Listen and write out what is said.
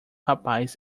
rapaz